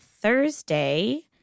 Thursday